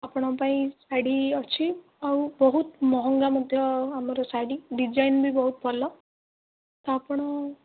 ଆପଣଙ୍କ ପାଇଁ ଶାଢ଼ୀ ଅଛି ଆଉ ବହୁତ ମହଙ୍ଗା ମଧ୍ୟ ଆମର ଶାଢ଼ୀ ଡିଜାଇନ୍ ବି ବହୁତ ଭଲ ତ ଆପଣ